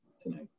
tonight